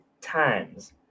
times